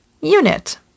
unit